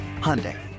Hyundai